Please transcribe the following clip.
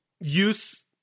use